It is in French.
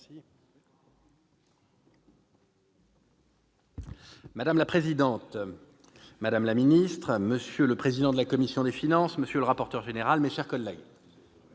Madame la présidente, madame la secrétaire d'État, monsieur le président de la commission des finances, monsieur le rapporteur général, mes chers collègues,